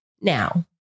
now